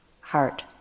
heart